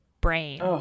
brain